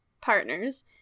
partners